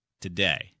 today